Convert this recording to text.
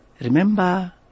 Remember